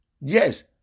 Yes